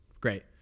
Great